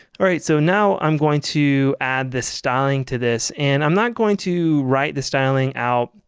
alright, so now i'm going to add the styling to this. and i'm not going to write the styling out,